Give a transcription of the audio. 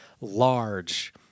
large